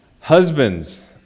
Husbands